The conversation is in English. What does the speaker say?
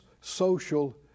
social